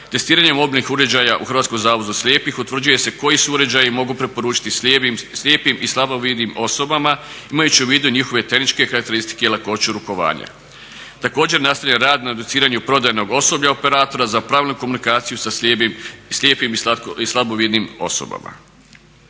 slijepih utvrđuje se koji se uređaji mogu preporučiti slijepim i slabovidnim osobama imajući u vidu njihove tehničke karakteristike i lakoću rukovanja. Također nastavlja rad na educiranju prodajnog osoblja operatora za pravilnu komunikaciju sa slijepim i slabovidnim osobama.